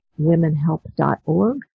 womenhelp.org